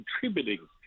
contributing